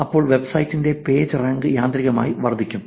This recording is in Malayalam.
അപ്പോൾ വെബ്സൈറ്റിന്റെ പേജ് റാങ്ക് യാന്ത്രികമായി വർദ്ധിക്കും